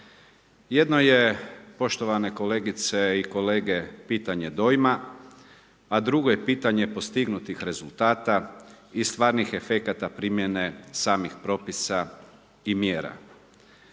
Jedno je, poštovane kolegice i kolege, pitanje dojma a drugo je pitanje postignutih rezultata i stvarnih efekata samih propisa i mjera.